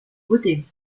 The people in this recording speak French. voter